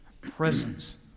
presence